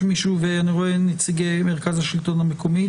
אני רואה כאן גם נציגי מרכז השלטון המקומי: